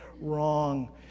wrong